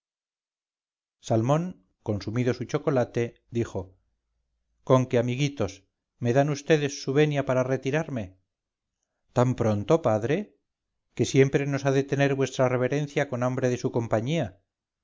salmón consumido su chocolate dijo con que amiguitos me dan vds su venia para retirarme tan pronto padre que siempre nos ha de tener vuestra reverencia con hambre de su compañía